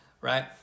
right